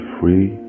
free